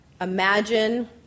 imagine